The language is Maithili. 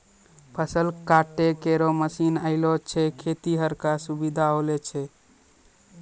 फसल काटै केरो मसीन आएला सें खेतिहर क सुबिधा होलो छै